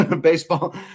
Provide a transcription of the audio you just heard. baseball